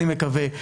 אני מקווה,